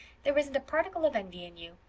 there isn't a particle of envy in you.